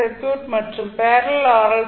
C circuit மற்றும் parallel R